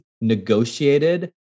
negotiated